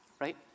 right